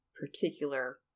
particular